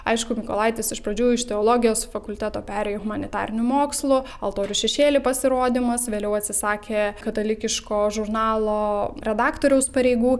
aišku mykolaitis iš pradžių iš teologijos fakulteto perėjo į humanitarinių mokslų altorių šešėly pasirodymas vėliau atsisakė katalikiško žurnalo redaktoriaus pareigų